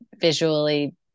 visually